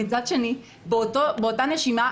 באותה נשימה,